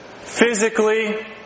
physically